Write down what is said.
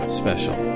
special